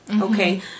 okay